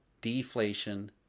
deflation